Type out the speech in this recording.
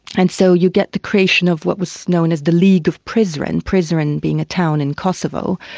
and so you get the creation of what was known as the league of prizren, prizren being a town in kosovo,